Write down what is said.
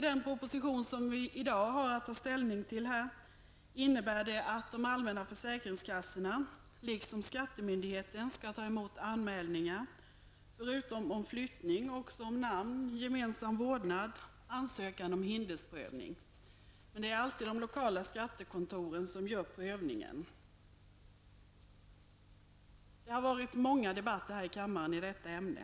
Den proposition som vi i dag har att ta ställning till innebär att de allmänna försäkringskassorna liksom skattemyndigheterna skall ta emot anmälningar förutom om flyttning också om namn och gemensam vårdnad samt ansökningar om hindersprövning. Men det är alltid de lokala skattekontoren som gör prövningen. Det har varit många debatter här i kammaren i detta ämne.